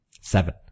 Seven